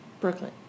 Brooklyn